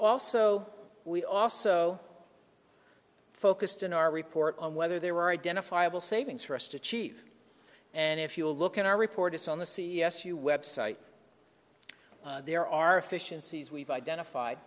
also we also focused in our report on whether there were identifiable savings for us to achieve and if you look at our reports on the c s u website there are efficient sees we've identified